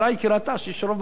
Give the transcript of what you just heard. כי היא ראתה שיש רוב בכנסת.